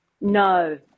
No